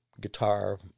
Guitar